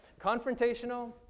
Confrontational